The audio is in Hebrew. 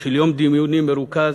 של יום דיונים מרוכז.